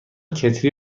کتری